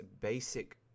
basic